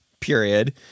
period